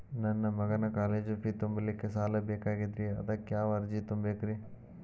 ನನ್ನ ಮಗನ college fee ತುಂಬಲಿಕ್ಕೆ ಸಾಲ ಬೇಕಾಗೆದ್ರಿ ಅದಕ್ಯಾವ ಅರ್ಜಿ ತುಂಬೇಕ್ರಿ?